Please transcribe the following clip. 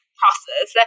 process